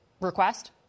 request